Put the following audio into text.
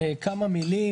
כמה מילים,